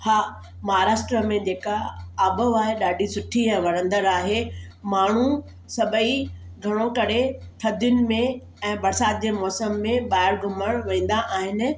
हा महाराष्ट्रा में जेका आबहवा ॾाढी सुठी आहे वणंदड़ आहे माण्हू सभई घणो करे थधियुनि में ऐं बरसाति जे मौसम में ॿाहिरि घुमणु वेंदा आहिनि